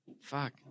Fuck